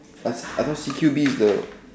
I I don't see Q_B is the